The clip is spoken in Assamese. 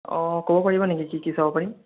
অঁ ক'ব পাৰিব নেকি কি কি চাব পাৰিম